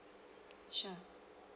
sure